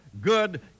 good